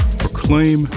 proclaim